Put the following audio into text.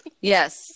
Yes